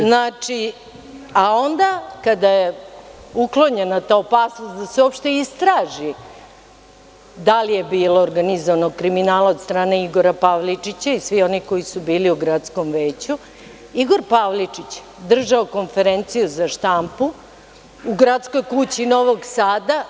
Znači, a onda kada je uklonjena ta opasnost da se uopšte istraži da li je bilo organizovanog kriminala od strane Igora Pavličića i svih onih koji su bili u gradskom veću, Igor Pavličić držao konferenciju za štampu u Gradskoj kući Novog Sada.